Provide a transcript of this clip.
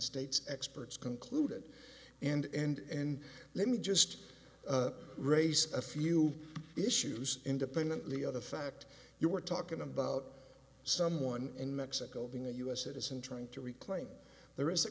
states experts concluded and let me just raise a few issues independently of the fact you were talking about someone in mexico being a us citizen trying to reclaim there is a